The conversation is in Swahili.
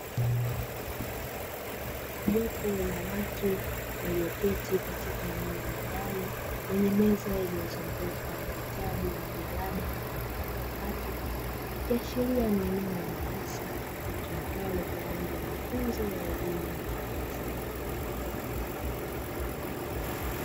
Jopu la watu walioketi katika eneo la ndani yenye meza iliyozungukwa na vitabu, majalada, na kompyuta mpakato ikiashiria ni eneo la darasa litumikalo kwa ajili ya mafunzo ya elimu ya watu wazima.